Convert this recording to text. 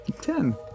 Ten